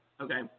Okay